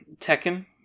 Tekken